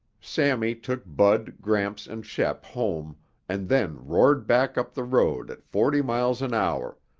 sammy took bud, gramps and shep home and then roared back up the road at forty miles an hour,